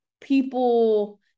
people